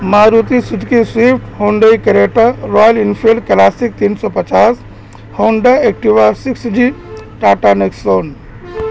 Maruti Suzuki Swift Hyundai Creta Royal Enfield Classic تین سو پچاس Honda Activa six G Tata Nexon